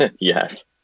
Yes